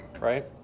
right